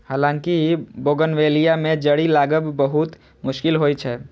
हालांकि बोगनवेलिया मे जड़ि लागब बहुत मुश्किल होइ छै